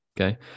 okay